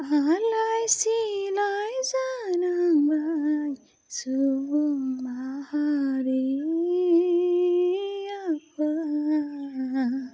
आलाइ सिलाइ जानांबाय सुबुं माहारि आफा